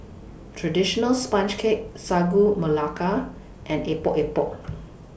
Traditional Sponge Cake Sagu Melaka and Epok Epok